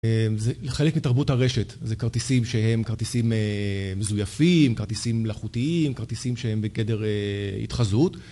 זה חלק מתרבות הרשת, זה כרטיסים שהם כרטיסים מזויפים, כרטיסים מלאכותיים, כרטיסים שהם בגדר התחזות